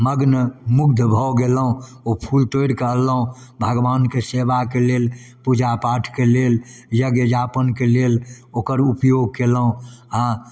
मग्नमुग्ध भऽ गेलहुँ ओ फूल तोड़िकऽ अनलहुँ भगवानके सेवाके लेल पूजा पाठके लेल यज्ञ यापनके लेल ओकर उपयोग कएलहुँ हँ